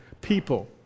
people